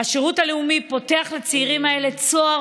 השירות הלאומי פותח לצעירים האלה צוהר